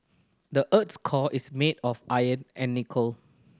the earth's core is made of iron and nickel